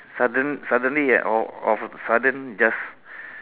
sudden~ suddenly ah all all of a sudden just